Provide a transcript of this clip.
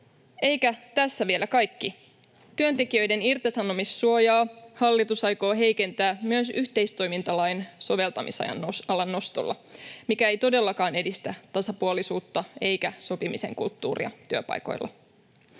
Eikä tässä vielä kaikki: työntekijöiden irtisanomissuojaa hallitus aikoo heikentää myös yhteistoimintalain soveltamisajan osalta nostolla, mikä ei todellakaan edistä tasapuolisuutta eikä sopimisen kulttuuria työpaikoilla.